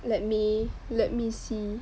let me let me see